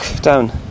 down